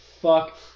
fuck